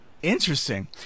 Interesting